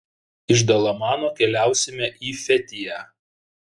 iš dalamano keliausime į fetiją